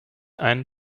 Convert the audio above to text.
einen